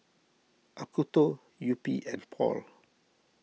Acuto Yupi and Paul